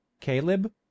caleb